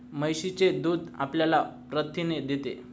म्हशीचे दूध आपल्याला प्रथिने देते